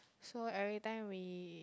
so everytime we